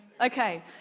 Okay